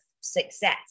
success